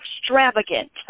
extravagant